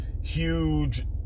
huge